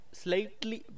slightly